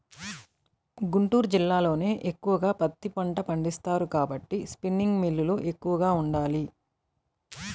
గుంటూరు జిల్లాలోనే ఎక్కువగా పత్తి పంట పండిస్తారు కాబట్టి స్పిన్నింగ్ మిల్లులు ఎక్కువగా ఉండాలి